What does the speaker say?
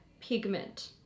pigment